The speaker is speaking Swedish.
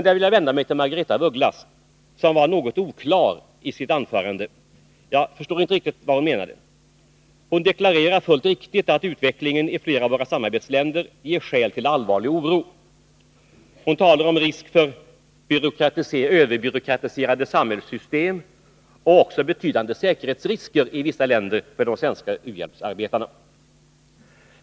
Här vill jag vända mig till Margaretha af Ugglas, som var något oklar i sitt anförande. Jag förstod inte riktigt vad hon menade. Hon deklarerade fullt riktigt att utvecklingen i flera av våra samarbetsländer ger skäl till allvarlig oro. Hon talade om risk för överbyråkratiserade samhällssystem och också betydande säkerhetsrisker i vissa länder för de svenska u-hjälpsarbetarna.